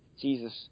Jesus